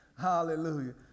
Hallelujah